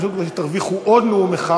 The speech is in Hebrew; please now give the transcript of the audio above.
כדי שתרוויחו עוד נאום אחד,